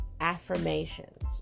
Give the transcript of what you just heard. affirmations